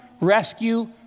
rescue